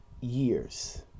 years